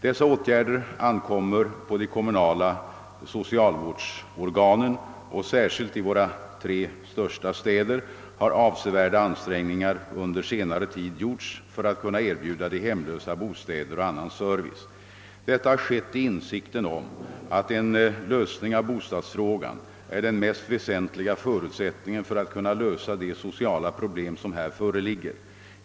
Dessa åtgärder ankommer på de kommunala socialvårdsorganen, och särskilt i våra tre största städer har avsevärda ansträngningar under senare tid gjorts för att kunna erbjuda de hemlösa bostäder och annan service. Detta har skett i insikten om att en lösning av bostadsfrågan är den mest väsentliga förutsättningen för att kunna lösa de sociala problem som här föreligger.